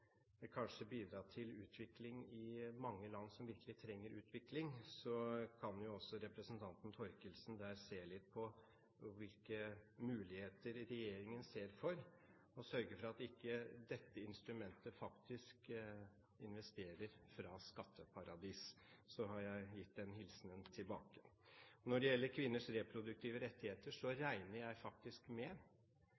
for kanskje å bidra til utvikling i mange land som virkelig trenger utvikling, kan representanten Thorkildsen der se litt på hvilke muligheter regjeringen ser for å sørge for at dette instrumentet faktisk ikke investerer fra skatteparadiser. Så har jeg gitt den hilsenen tilbake. Når det gjelder kvinners reproduktive rettigheter,